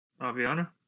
Aviana